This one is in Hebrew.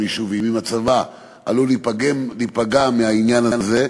יישובים עם הצבא עלול להיפגע מהעניין הזה,